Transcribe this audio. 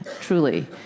truly